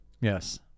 Yes